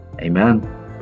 Amen